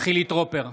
חילי טרופר,